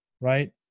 Right